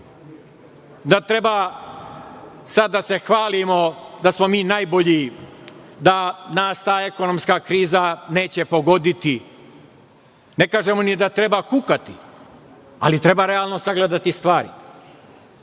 da treba sad da se hvalimo da smo mi najbolji, da nas ta ekonomska kriza neće pogoditi, ne kažemo ni da treba kukati, ali treba realno sagledati stvari.